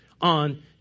on